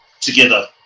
together